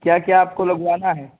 کیا کیا آپ کو لگوانا ہے